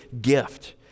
gift